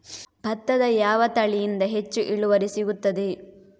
ಭತ್ತದ ಯಾವ ತಳಿಯಿಂದ ಹೆಚ್ಚು ಇಳುವರಿ ಸಿಗುತ್ತದೆ?